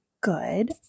good